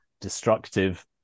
destructive